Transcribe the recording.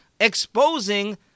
exposing